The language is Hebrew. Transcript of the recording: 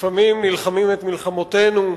לפעמים נלחמים את מלחמותינו,